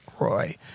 Roy